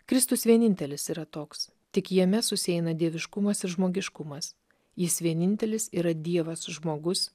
kristus vienintelis yra toks tik jame susieina dieviškumas ir žmogiškumas jis vienintelis yra dievas žmogus